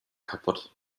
kaputt